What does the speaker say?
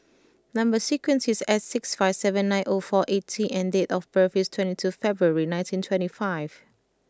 number sequence is S six five seven nine O four eight T and date of birth is twenty two February nineteen twenty five